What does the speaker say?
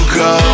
go